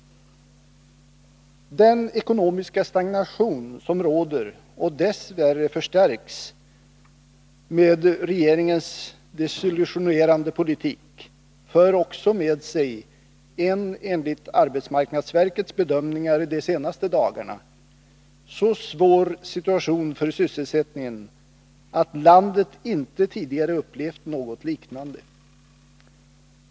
Den ekonomiska stagnation som råder och dess värre förstärkts med regeringens desillusionerande politik för enligt arbetsmarknadsverkets bedömningar de senaste dagarna också med sig en så svår situation för sysselsättningen att landet inte tidigare upplevt något liknande.